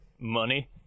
money